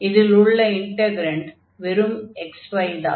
இதில் உள்ள இன்டக்ரன்ட் வெறும் xyதான்